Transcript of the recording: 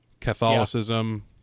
Catholicism